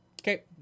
Okay